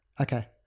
Okay